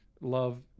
love